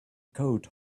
coat